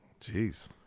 Jeez